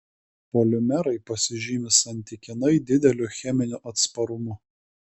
polimerai pasižymi santykinai dideliu cheminiu atsparumu